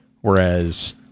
Whereas